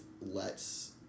lets